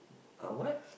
uh what